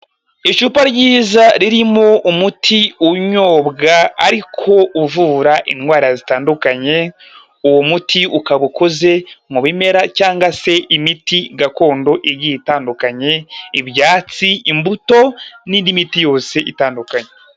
Icupa ryiza ririmo umuti unyobwa ariko uvura indwara zitandukanye, uwo muti ukaba ukoze mu bimera cyangwa se imiti gakondo igiye itandukanyekanye, ibyatsi, imbuto n'indi miti yose itandukanye.